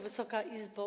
Wysoka Izbo!